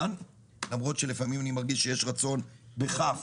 למרות שלפעמים אני מרגיש שיש רצון בכ"ף,